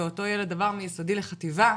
ואותו ילד עבר מבית הספר לחטיבה,